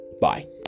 Bye